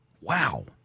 wow